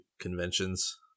conventions